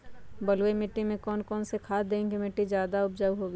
बलुई मिट्टी में कौन कौन से खाद देगें की मिट्टी ज्यादा उपजाऊ होगी?